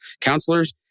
Counselors